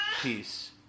peace